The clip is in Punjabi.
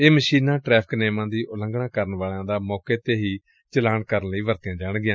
ਇਹ ਮਸ਼ੀਨਾਂ ਟਰੈਫਿਕ ਨੇਮਾਂ ਦੀ ਉਲੰਘਣਾ ਕਰਨ ਵਾਲਿਆਂ ਦਾ ਮੌਕੇ ਤੇ ਹੀ ਚਲਾਨ ਕਰਨ ਲਈ ਵਰਤੀਆਂ ਜਾਣਗੀਆਂ